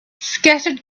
scattered